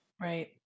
right